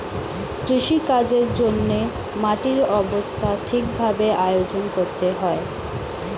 কৃষিকাজের জন্যে মাটির অবস্থা ঠিক ভাবে আয়োজন করতে হয়